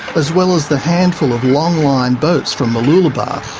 as well as the handful of long-line boats from mooloolaba,